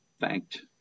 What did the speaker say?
thanked